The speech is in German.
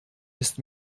ist